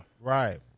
Right